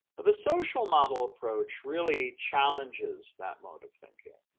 the social model approach really challenges that mode of thinking.